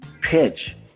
pitch